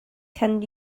can